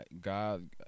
god